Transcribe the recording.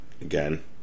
again